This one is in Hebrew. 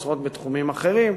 משרות בתחומים אחרים.